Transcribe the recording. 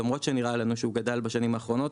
למרות שנראה לנו שהוא גדל בשנים האחרונות,